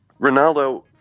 Ronaldo